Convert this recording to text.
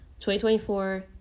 2024